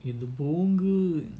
இதுபோங்கு:idhu ponku